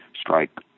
strike